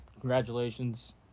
congratulations